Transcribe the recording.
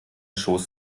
schoß